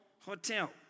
Hotel